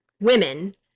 women